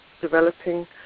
developing